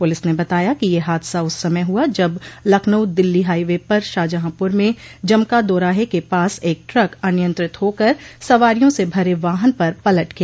police ने बताया कि यह हादसा उस समय हुआ जब लखनऊ दिल्ली हाई वे पर शाहजहांपुर में जमका दोराहे के पास एक ट्रक अनियंत्रित होकर सवारियों से भरे वाहन पर पलट गया